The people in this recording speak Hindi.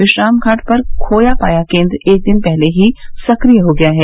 विश्राम घाट पर खोया पाया केंद्र एक दिन पहले ही सक्रिय हो गया है